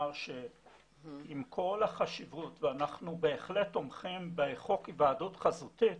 שעם כל החשיבות ואנחנו בהחלט תומכים בחוק היוועדות חזותית